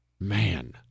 man